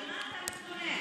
על מה אתה מתלונן?